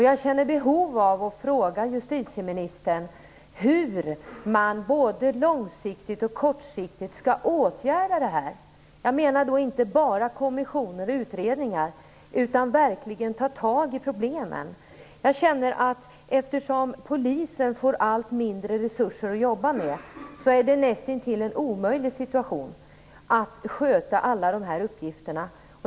Jag känner behov av att fråga justitieministern hur man både långsiktigt och kortsiktigt skall åtgärda detta. Jag tänker inte bara på kommissioner och utredningar utan på att man verkligen måste ta tag i problemen. Eftersom Polisen får allt mindre resurser att jobba med är det nästintill omöjligt för Polisen att sköta alla dessa uppgifter.